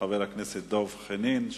חבר הכנסת דב חנין,